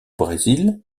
brésil